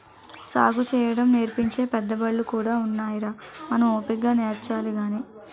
సాగుసేయడం నేర్పించే పెద్దబళ్ళు కూడా ఉన్నాయిరా మనం ఓపిగ్గా నేర్చాలి గాని